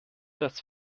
das